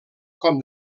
com